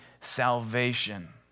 salvation